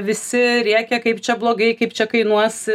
visi rėkė kaip čia blogai kaip čia kainuos